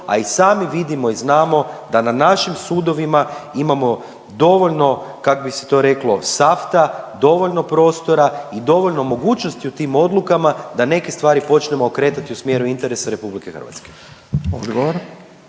a i sami vidimo i znamo da na našim sudovima imamo dovoljno, kak bi se to reklo, safta, dovoljno prostora i dovoljno mogućnosti u tim odlukama da neke stvari počnemo okretati u smjeru interesa RH.